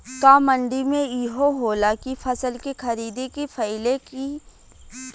का मंडी में इहो होला की फसल के खरीदे के पहिले ही कुछ भुगतान मिले?